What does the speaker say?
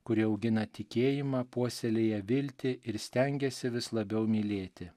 kuri augina tikėjimą puoselėja viltį ir stengiasi vis labiau mylėti